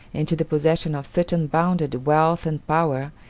and to the possession of such unbounded wealth and power,